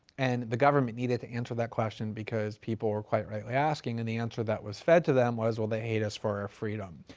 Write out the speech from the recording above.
and the government needed to answer that question because people were quite rightly asking. and the answer that was fed to them was, well, they hate us for our freedom.